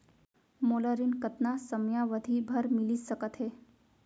मोला ऋण कतना समयावधि भर मिलिस सकत हे?